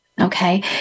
Okay